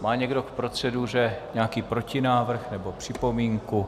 Má někdo k proceduře nějaký protinávrh nebo připomínku?